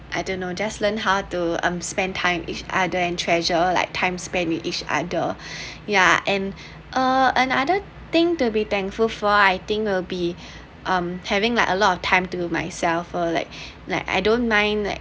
I don’t know just learn how to um spend time each other and treasure like time spent with each other yeah and uh another thing to be thankful for I think will be um having like a lot of time to myself for like like I don't mind like